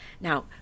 Now